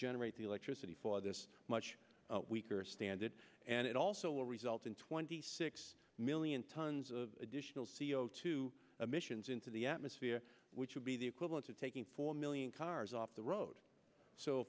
generate the electricity for this much weaker stand it and it also will result in twenty six million tons of additional c o two emissions into the atmosphere which would be the equivalent to taking four million cars off the road so